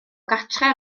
gartre